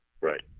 Right